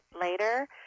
later